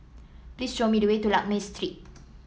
please show me the way to Lakme Street